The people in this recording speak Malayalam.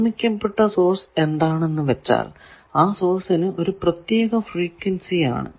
നിർമിക്കപ്പെട്ട സോഴ്സ് എന്താണെന്നു വച്ചാൽ ആ സോഴ്സിന് ഒരു പ്രത്യേക ഫ്രീക്വൻസി ആണ്